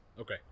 Okay